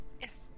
Yes